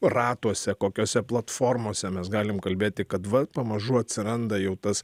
ratuose kokiose platformose mes galim kalbėti kad va pamažu atsiranda jau tas